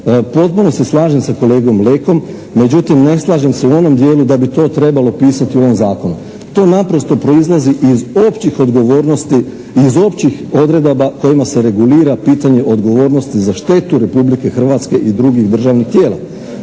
Potpuno se slažem sa kolegom Lekom, međutim ne slažem se u onom dijelu da bi to trebalo pisati u ovom Zakonu. To naprosto proizlazi iz općih odgovornosti, iz općih odredaba kojima se regulira pitanje odgovornosti za štetu Republike Hrvatske i drugih državnih tijela.